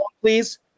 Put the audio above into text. please